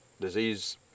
disease